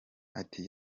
ati